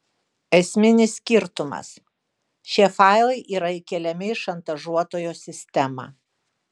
esminis skirtumas šie failai yra įkeliami į šantažuotojo sistemą